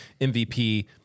mvp